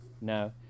no